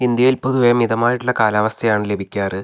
ഇന്ത്യയിൽ പൊതുവെ മിതമായിട്ടുള്ള കാലാവസ്ഥയാണ് ലഭിക്കാറ്